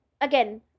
again